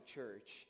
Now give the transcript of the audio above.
Church